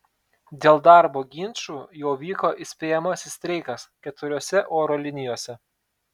dėl darbo ginčų jau vyko įspėjamasis streikas keturiose oro linijose